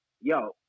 Yo